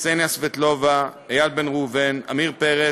קסניה סבטלובה, איל בן ראובן, עמיר פרץ,